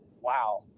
wow